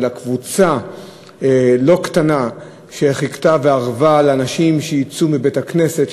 אלא קבוצה לא קטנה שחיכתה וארבה לאנשים שיצאו מבית-הכנסת.